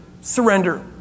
Surrender